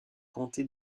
comté